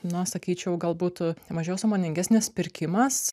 na sakyčiau galbūt e mažiau sąmoningesnis pirkimas